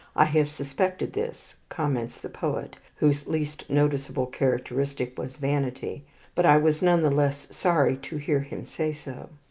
i have suspected this, comments the poet, whose least noticeable characteristic was vanity but i was none the less sorry to hear him say so.